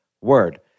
word